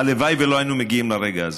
הלוואי שלא היינו מגיעים לרגע הזה,